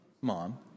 Mom